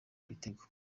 ibitego